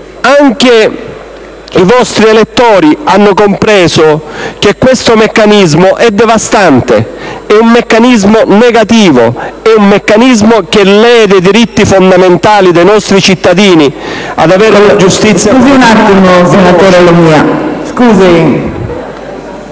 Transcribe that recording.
Anche i vostri elettori hanno compreso che questo meccanismo é devastante e negativo e lede i diritti fondamentali dei nostri cittadini ad avere giustizia.